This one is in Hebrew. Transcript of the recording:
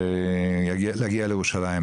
להגיע לירושלים.